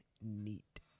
Neat